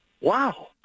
wow